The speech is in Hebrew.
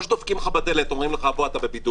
או שדופקים לך בדלת ואומרים לך: בוא, אתה בבידוד,